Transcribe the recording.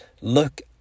Look